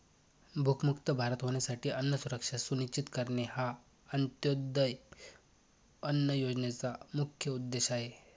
भूकमुक्त भारत होण्यासाठी अन्न सुरक्षा सुनिश्चित करणे हा अंत्योदय अन्न योजनेचा मुख्य उद्देश आहे